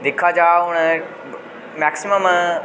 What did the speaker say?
दिक्खा जा हून मेक्सीमम